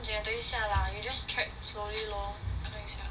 不用紧等一下 lah you just check slowly lor 看一下